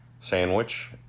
sandwich